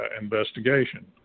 investigation